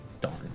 darn